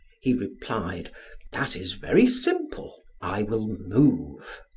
he replied that is very simple. i will move.